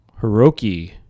Hiroki